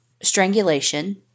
strangulation